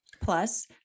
Plus